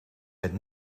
met